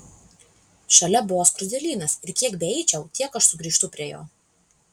šalia buvo skruzdėlynas ir kiek beeičiau tiek aš sugrįžtu prie jo